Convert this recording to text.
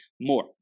more